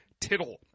Tittle